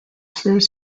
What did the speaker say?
first